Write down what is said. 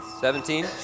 Seventeen